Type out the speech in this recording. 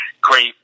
great